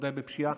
בוודאי בפשיעה,